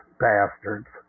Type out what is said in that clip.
bastards